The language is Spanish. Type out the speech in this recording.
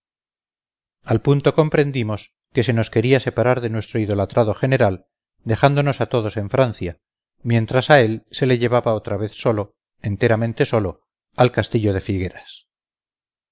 al punto comprendimos que se nos quería separar de nuestro idolatrado general dejándonos a todos en francia mientras a él se le llevaba otra vez solo enteramente solo al castillo de figueras